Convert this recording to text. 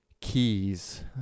keys